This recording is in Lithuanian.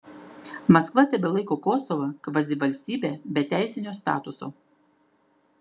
maskva tebelaiko kosovą kvazivalstybe be teisinio statuso